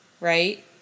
right